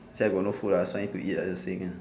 actual I got not food ah so I need to eat ah just saying ah